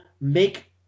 make